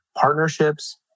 partnerships